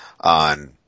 on